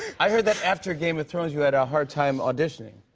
i heard that, after game of thrones, you had a hard time auditioning.